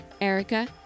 Erica